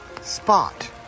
spot